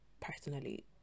personally